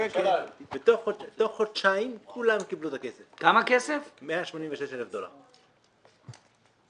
כאן הסעיף הזה מחוק,